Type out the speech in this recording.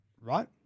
Right